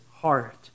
heart